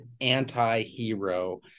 anti-hero